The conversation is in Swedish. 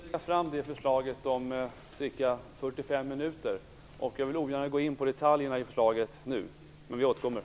Fru talman! Vi kommer att lägga fram det förslaget om ca 45 minuter, och jag vill därför ogärna gå in på detaljerna i förslaget nu. Men vi återkommer.